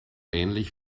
ähnlich